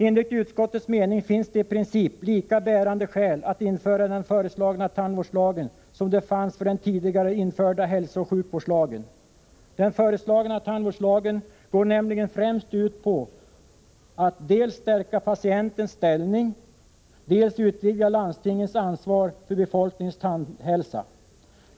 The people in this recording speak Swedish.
Enligt utskottets mening finns det i princip lika bärande skäl att införa den föreslagna tandvårdslagen som det fanns för den tidigare införda hälsooch sjukvårdslagen. Den föreslagna tandvårdslagen går nämligen främst ut på att dels stärka patientens ställning, dels utvidga landstingets ansvar för befolkningens tandhälsa.